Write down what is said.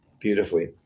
beautifully